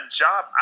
job